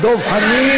מתאכזר אליהם?